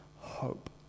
hope